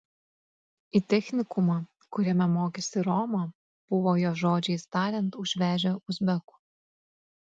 į technikumą kuriame mokėsi roma buvo jos žodžiais tariant užvežę uzbekų